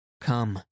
Come